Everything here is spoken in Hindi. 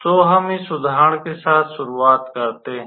तो हम इस उदाहरण के साथ शुरुआत करते हैं